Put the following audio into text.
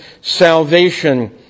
salvation